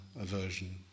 aversion